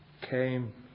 came